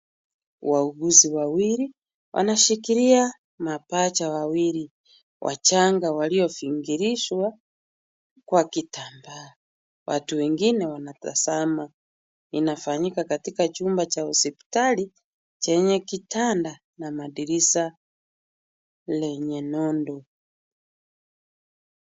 Wauguzi wawili wanashikilia mapacha wawili wachanga waliovingilishwa kwa kitambaa. Watu wengine wanatazama. Inafanyika katika chumba cha hospitali chenye kitanda na madirisha lenye nondo.